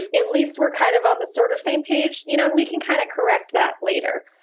and at least we're kind of on the sort-of-same page, you know and we can kind of correct that later.